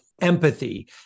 empathy